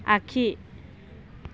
आखि